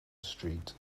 street